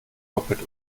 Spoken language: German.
doppelt